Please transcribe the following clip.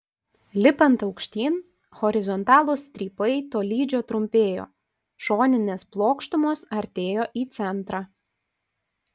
lipant aukštyn horizontalūs strypai tolydžio trumpėjo šoninės plokštumos artėjo į centrą